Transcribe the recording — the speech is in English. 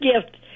gift